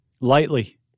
Lightly